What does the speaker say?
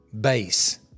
base